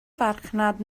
farchnad